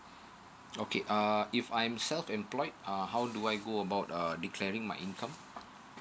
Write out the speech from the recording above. okay uh if I'm self employed uh how do I go about err declaring my income